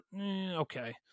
Okay